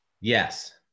Yes